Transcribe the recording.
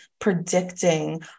predicting